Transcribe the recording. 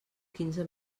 quinze